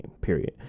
period